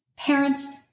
Parents